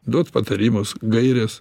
duot patarimus gaires